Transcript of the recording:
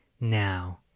now